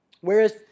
Whereas